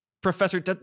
Professor